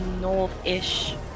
north-ish